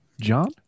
John